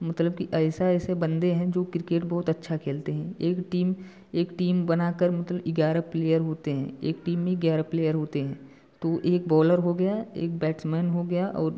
मतलब कि ऐसा ऐसे बंदे है जो क्रिकेट बहुत अच्छा खेलते है एक टीम एक टीम बना कर मतलब ग्यारह प्लेयर होते है एक टीम में ग्यारह प्लेयर होते है तो एक बोलर हो गया एक बैट्स्मैन हो गया और